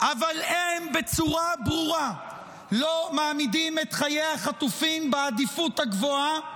אבל הם בצורה ברורה לא מעמידים את חיי החטופים בעדיפות הגבוהה,